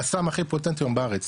הסם הכי הפוטנטי היום בארץ